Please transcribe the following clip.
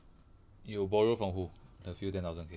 you borrow from who a few ten thousand K